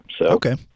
Okay